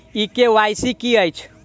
ई KYC की अछि?